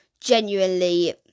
genuinely